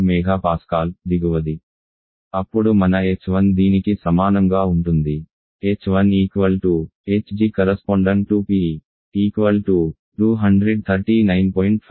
then your h1 will be equal to అప్పుడు మన h1 దీనికి సమానంగా ఉంటుంది h1 hg|PE 239